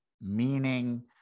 meaning